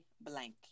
blank